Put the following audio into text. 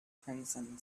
crimson